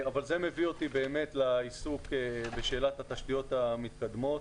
זה מביא אותי לעיסוק בשאלת התשתיות המתקדמות